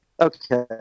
Okay